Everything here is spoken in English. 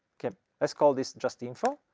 let's call this just info.